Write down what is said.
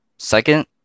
Second